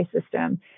system